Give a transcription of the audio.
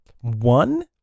one